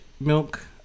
milk